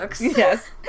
Yes